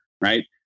right